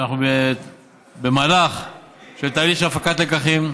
ואנחנו במהלך של תהליך של הפקת לקחים.